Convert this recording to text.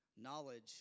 knowledge